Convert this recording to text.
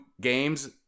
games